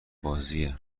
بازیه